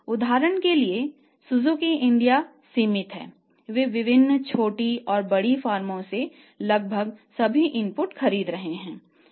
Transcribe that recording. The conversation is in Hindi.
उदाहरण के लिए सुजुकी इंडिया सीमित है वे विभिन्न छोटी और बड़ी फर्मों से लगभग सभी इनपुट खरीद रहे हैं